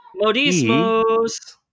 modismos